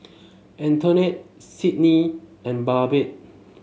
Antonette Sydnie and Babette